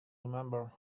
remember